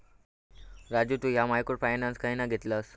राजू तु ह्या microfinance खयना घेतलस?